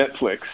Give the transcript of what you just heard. Netflix